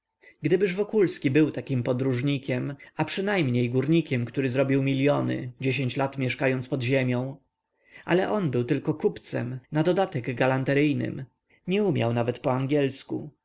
gdybyż wokulski był takim podróżnikiem a przynajmniej górnikiem który zrobił miliony dziesięć lat mieszkając pod ziemią ale on był tylko kupcem w dodatku galanteryjnym nie umiał nawet po angielsku